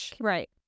right